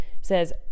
says